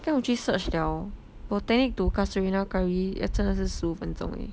then 我去 search liao botanic to casuarina curry 也真的是十五分钟而已